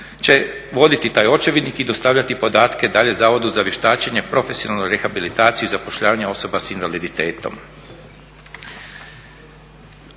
će voditi taj očevidnik i dostavljati podatke dalje Zavodu za vještačenje, profesionalnu rehabilitaciju i zapošljavanje osoba s invaliditetom.